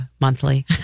monthly